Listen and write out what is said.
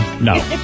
No